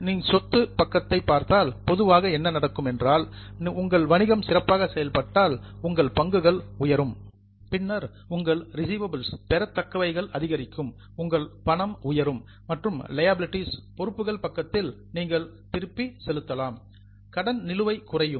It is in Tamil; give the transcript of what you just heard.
எனவே நீங்கள் சொத்து பக்கத்தைப் பார்த்தால் பொதுவாக என்ன நடக்கும் என்றால் உங்கள் வணிகம் சிறப்பாக செயல்பட்டால் உங்கள் பங்குகள் உயரும் பின்னர் உங்கள் ரிஷிவபில்ஸ் பெறத்தக்கவைகள் அதிகரிக்கும் உங்கள் பணம் உயரும் மற்றும் லியாபிலிடி பொறுப்பு பக்கத்தில் நீங்கள் திருப்பி செலுத்தலாம் கடன் நிலுவை குறையும்